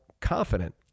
confident